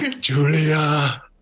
Julia